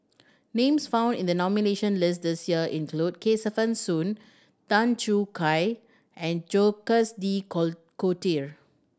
names found in the nomination list this year include Kesavan Soon Tan Choo Kai and Jacques De Coutre